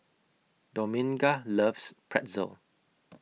Dominga loves Pretzel